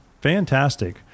Fantastic